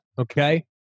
okay